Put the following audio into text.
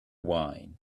wine